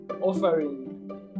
offering